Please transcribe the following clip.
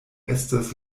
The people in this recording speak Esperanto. estas